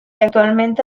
actualmente